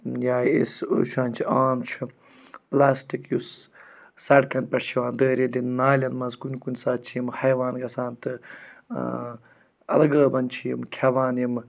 یا أسۍ وُچھان چھِ عام چھُ پٕلاسٹِک یُس سَڑکَن پٮ۪ٹھ چھُ یِوان دٲرِتھ دِنہٕ نالیٚن منٛز کُنہِ کُنہِ ساتہٕ چھِ یِم حیوان گَژھان تہٕ ٲں اَلگٲبَن چھِ یِم کھیٚوان یِم